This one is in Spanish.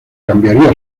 cambiaría